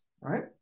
right